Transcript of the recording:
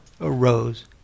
arose